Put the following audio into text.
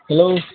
hello